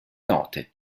note